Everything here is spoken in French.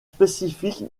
spécifique